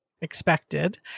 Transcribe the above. expected